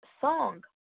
Song